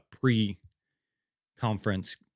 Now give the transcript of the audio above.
pre-conference